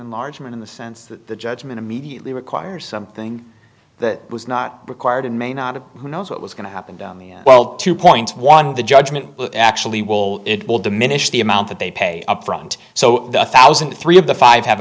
but largemouth in the sense that the judgment immediately requires something that was not required and may not have who knows what was going to happen down the world two points one the judgement actually will it will diminish the amount that they pay up front so the thousand three of the five have